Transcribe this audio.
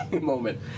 moment